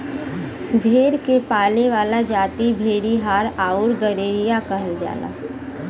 भेड़ के पाले वाला जाति भेड़ीहार आउर गड़ेरिया कहल जाला